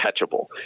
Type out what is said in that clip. catchable